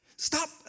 Stop